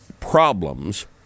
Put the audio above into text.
problems